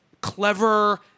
clever